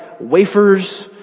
wafers